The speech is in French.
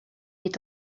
est